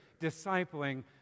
discipling